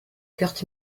curt